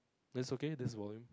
this okay this volume